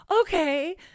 Okay